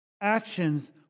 actions